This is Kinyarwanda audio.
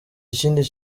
ikindi